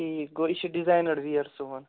ٹھیٖک گوٚو یہِ چھُ ڈِزاینَر وِیَر سُوان